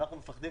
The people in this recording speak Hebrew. אנחנו מפחדים